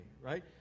right